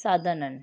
साधन आहिनि